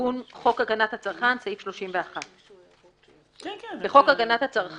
תיקון חוק הגנת הצרכן 31. בחוק הגנת הצרכן,